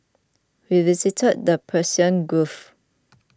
we visited the Persian Gulf